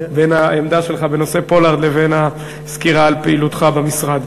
בין העמדה שלך בנושא פולארד לבין הסקירה על פעילותך במשרד.